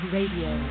Radio